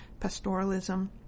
pastoralism